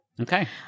Okay